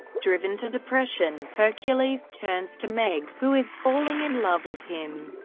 driven to depression, hercules turns to meg, who is falling in love with him.